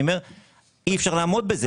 אז אני אומר שאי-אפשר לעמוד בזה.